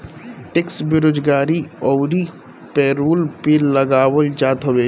tax बेरोजगारी अउरी payroll पे लगावल जात हवे